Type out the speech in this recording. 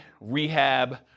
rehab